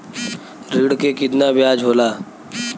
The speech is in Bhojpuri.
ऋण के कितना ब्याज होला?